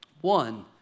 One